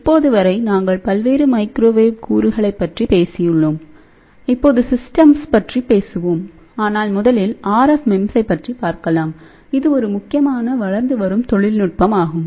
இப்போது வரை நாங்கள்பல்வேறு மைக்ரோவேவ் கூறுகளைப் பற்றி பேசியுள்ளோம் இப்போது சிஸ்டம்கள் பற்றியும் பேசுவோம் ஆனால் முதலில் RF MEMS ஐ பற்றி பார்க்கலாம் இது ஒரு முக்கியமான வளர்ந்து வரும் தொழில்நுட்பமாகும்